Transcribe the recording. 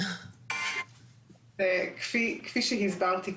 כפי שהסברתי קודם,